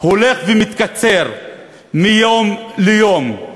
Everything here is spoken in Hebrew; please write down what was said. הולכים ומתקצרים מיום ליום.